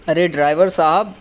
ارے driver صاحب